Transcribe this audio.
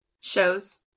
shows